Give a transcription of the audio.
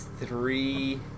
three